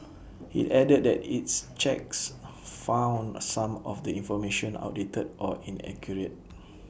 IT added that its checks found some of the information outdated or inaccurate